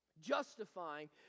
Justifying